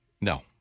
No